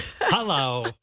Hello